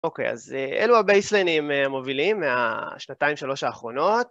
אוקיי, אז אלו הבייסליינים המובילים מהשנתיים שלוש האחרונות.